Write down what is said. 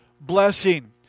blessing